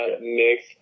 mix